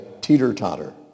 teeter-totter